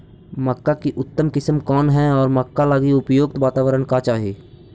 मक्का की उतम किस्म कौन है और मक्का लागि उपयुक्त बाताबरण का चाही?